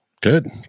Good